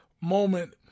moment